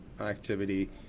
activity